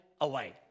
away